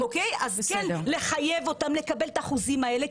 אז לחייב אותם לקבל את החוזים האלה,